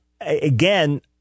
again